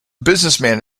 businessman